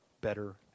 better